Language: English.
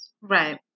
Right